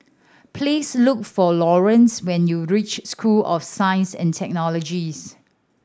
please look for Laurance when you reach School of Science and Technologies